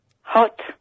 Hot